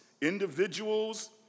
individuals